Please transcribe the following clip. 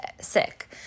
sick